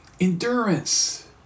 endurance